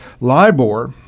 LIBOR